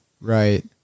Right